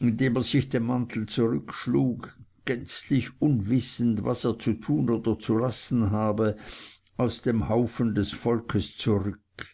indem er sich den mantel zurückschlug gänzlich unwissend was er zu tun oder zu lassen habe aus dem haufen des volks zurück